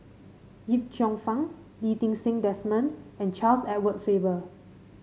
Yip Cheong Fun Lee Ti Seng Desmond and Charles Edward Faber